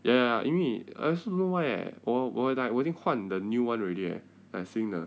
ya ya ya 因为 I also don't know why eh 我我 like 我已经 like 换 the new one already leh like 新的